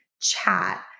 chat